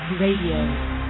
Radio